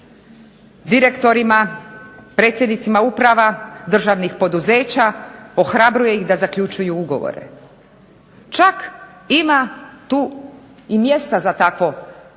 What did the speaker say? direktorima, predsjednicima uprava državnih poduzeća, ohrabruje ih da zaključuju ugovore. Čak ima tu i mjesta za takvo